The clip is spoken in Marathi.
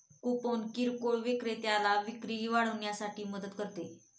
कूपन किरकोळ विक्रेत्याला विक्री वाढवण्यासाठी मदत करते